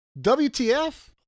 WTF